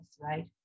right